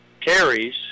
carries